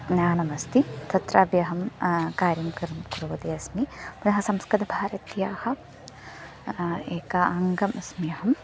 ज्ञानमस्ति तत्रापि अहं कार्यं कर्तुं कुर्वती अस्मि पुनः संस्कृतभारत्याः एकम् अङ्गम् अस्मि अहम्